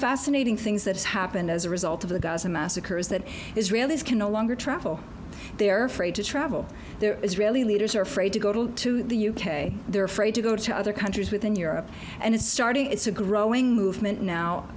fascinating things that has happened as a result of the gaza massacre is that israelis can no longer travel they are free to travel there israeli leaders are afraid to go to the u k they're afraid to go to other countries within europe and it's starting it's a growing movement now